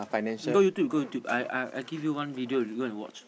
go YouTube go YouTube I give you one video you go and watch